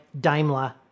Daimler